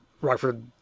Rockford